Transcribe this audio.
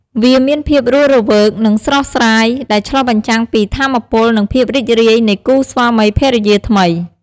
វាមានភាពរស់រវើក និងស្រស់ស្រាយ ដែលឆ្លុះបញ្ចាំងពី ថាមពល និងភាពរីករាយ នៃគូស្វាមីភរិយាថ្មី។